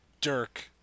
Dirk